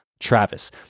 Travis